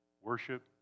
Worship